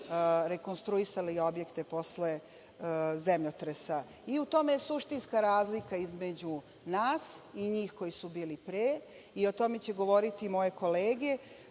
rekonstruisali objekte posle zemljotresa. I u tome je suštinska razlika između nas i njih koji su bili pre i o tome će govoriti moje kolege. Ono